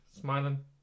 smiling